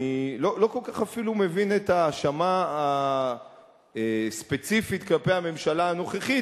אני אפילו לא כל כך מבין את ההאשמה הספציפית כלפי הממשלה הנוכחית,